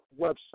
website